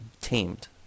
tamed